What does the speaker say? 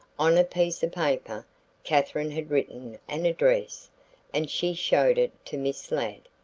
on a piece of paper katherine had written an address and she showed it to miss ladd.